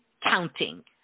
counting